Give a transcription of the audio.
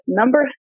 number